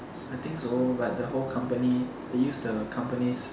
I think so like the whole company they use the company's